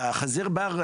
חזיר בר,